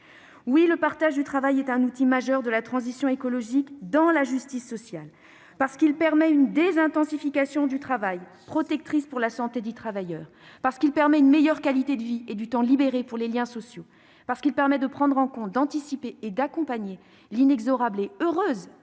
Oui, le partage du travail est un outil majeur de la transition écologique, dans la justice sociale, parce qu'il permet une désintensification du travail, protectrice pour la santé des travailleurs, une meilleure qualité de vie et du temps libéré pour les liens sociaux, et parce qu'il permet de prendre en compte, d'anticiper et d'accompagner l'inexorable et heureuse